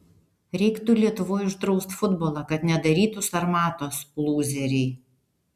reiktų lietuvoj uždraust futbolą kad nedarytų sarmatos lūzeriai